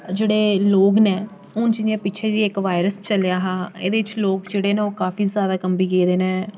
जेह्ड़े लोक न हून जि'यां पिच्छै जेही इक वायरस चलेआ हा एह्दे च लोक जेह्ड़े न ओह् काफी जैदा कंबी गेदे न